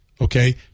okay